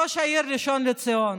ראש העיר ראשון לציון,